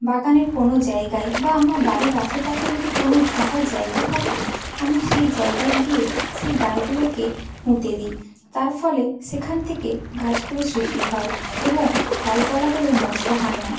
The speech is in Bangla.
বাগানের কোনো জায়গায় বা আমরা বাড়ির আশেপাশে যদি কোনো ফাঁকা জায়গা থাকে আমি সেই জায়গায় গিয়ে সেই ডালগুলোকে পুঁতে দিই তার ফলে সেখান থেকে গাছগুলো সৃষ্টি হয় এবং ডালপালাগুলো নষ্ট হয় না